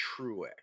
Truex